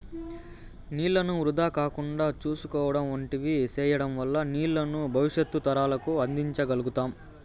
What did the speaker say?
నీళ్ళను వృధా కాకుండా చూసుకోవడం వంటివి సేయడం వల్ల నీళ్ళను భవిష్యత్తు తరాలకు అందించ గల్గుతాం